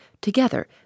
together